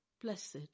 Blessed